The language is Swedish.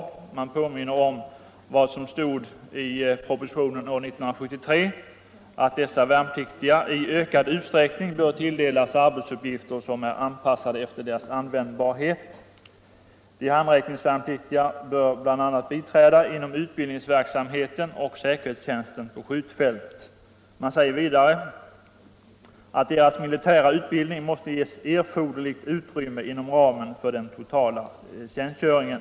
Utskottet påminner om vad som stod i propositionen år 1973, nämligen att dessa värnpliktiga i ökad utsträckning bör tilldelas arbetsuppgifter som är anpassade efter deras användbarhet. De handräckningsvärnpliktiga bör bl.a. biträda inom utbildningsverksamheten och säkerhetstjänsten på skjutfält. I propositionen framhölls vidare att deras militära utbildning måste ges erforderligt utrymme inom ramen för den totala tjänstgöringen.